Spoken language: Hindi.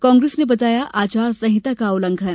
कांग्रेस ने बताया आचार संहिता का उल्लंघन